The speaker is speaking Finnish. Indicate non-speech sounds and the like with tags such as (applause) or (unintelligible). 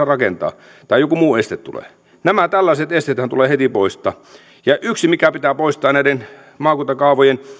(unintelligible) rakentaa tai joku muu este tulee nämä tällaiset esteethän tulee heti poistaa yksi missä pitää este poistaa on näiden maakuntakaavojen